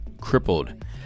crippled